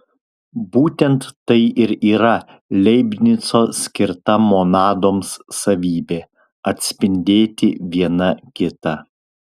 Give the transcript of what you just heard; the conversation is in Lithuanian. būtent tai ir yra leibnico skirta monadoms savybė atspindėti viena kitą